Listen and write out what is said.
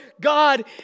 God